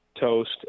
toast